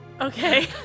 Okay